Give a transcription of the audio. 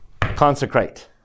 consecrate